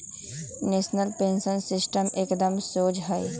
national pension system एकदम शोझ हइ